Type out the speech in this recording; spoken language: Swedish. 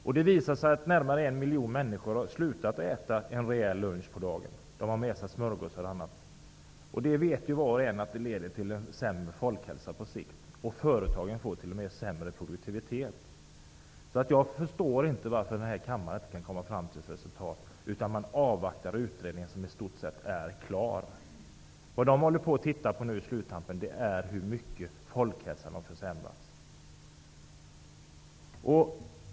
Det har visat sig att närmare en miljon människor har slutat att äta en rejäl lunch på dagen. De har med sig smörgåsar och annat. Var och en vet att detta på sikt leder till sämre folkhälsa. Företagen får t.o.m. sämre produktivitet. Jag förstår inte varför kammaren inte kan komma fram till ett resultat. Man vill avvakta den utredning som i stort sett är klar. Den tittar nu i sluttampen på hur mycket folkhälsan har försämrats.